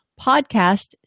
podcast